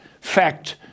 fact